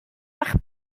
bach